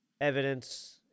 evidence